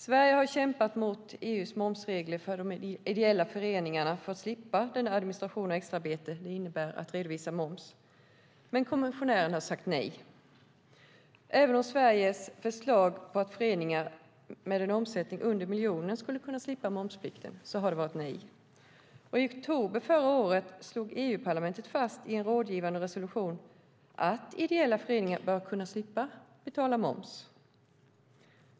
Sverige har kämpat mot EU:s momsregler för att de ideella föreningarna ska slippa den administration och det extraarbete det innebär att redovisa moms, men kommissionären har sagt nej. Även när det gäller Sveriges förslag att föreningar med en omsättning under 1 miljon kronor skulle kunna slippa momsbiten har det varit nej. I oktober förra året slog EU-parlamentet i en rådgivande resolution fast att ideella föreningar bör kunna slippa betala moms.